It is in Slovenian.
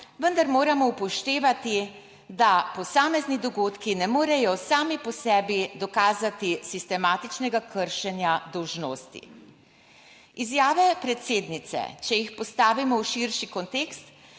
Vendar moramo upoštevati, da posamezni dogodki ne morejo sami po sebi dokazati sistematičnega kršenja dolžnosti. Izjave predsednice, če jih postavimo v širši kontekst,